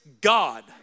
God